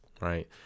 right